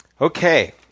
Okay